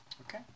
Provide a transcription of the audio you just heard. Okay